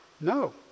No